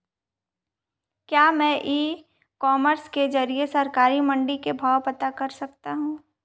क्या मैं e commerce के ज़रिए सरकारी मंडी के भाव पता कर सकता हूँ?